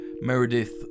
Meredith